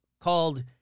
called